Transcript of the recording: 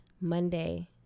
Monday